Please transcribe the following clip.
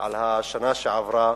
על השנה שעברה,